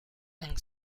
and